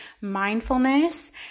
mindfulness